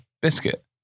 biscuit